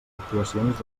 actuacions